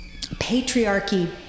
patriarchy